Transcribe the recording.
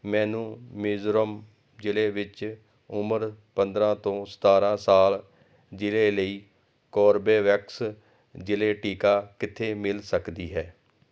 ਮੈਨੂੰ ਮਿਜ਼ੋਰਮ ਜ਼ਿਲ੍ਹੇ ਵਿੱਚ ਉਮਰ ਪੰਦਰਾਂ ਤੋਂ ਸਤਾਰਾਂ ਸਾਲ ਜ਼ਿਲ੍ਹੇ ਲਈ ਕੋਰਬੇਵੈਕਸ ਜ਼ਿਲ੍ਹੇ ਟੀਕਾ ਕਿੱਥੇ ਮਿਲ ਸਕਦੀ ਹੈ